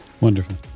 wonderful